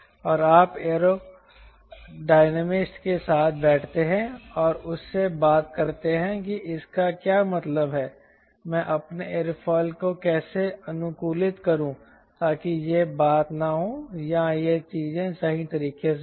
और आप aerodynamicist के साथ बैठते हैं और उससे बात करते हैं कि इसका क्या मतलब है मैं अपने एयरोफिल को कैसे अनुकूलित करूं ताकि यह बात न हो या ये चीजें सही तरीके से हों